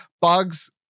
Bugs